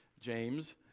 James